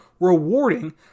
rewarding